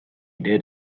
did